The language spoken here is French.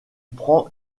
prend